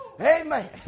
Amen